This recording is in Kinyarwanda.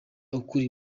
ukuri